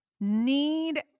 need